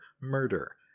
murder